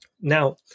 Now